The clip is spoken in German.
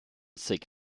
zig